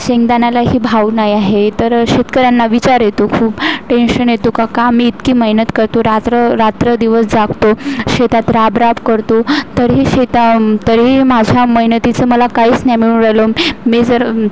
शेंगदाण्यालाही भाव नाही आहे तर शेतकऱ्यांना विचार येतो खूप टेंशन येतो की का आम्ही इतकी मेहनत करतो रात्र रात्र दिवस जागतो शेतात राब राब करतो तरीही शेतात तरीही माझ्या मेहनतीचं मला काहीच नाही मिळून राहिलं मी जर